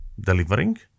delivering